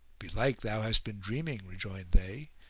belike thou hast been dreaming, rejoined they,